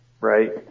Right